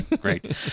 Great